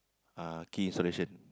ah key installation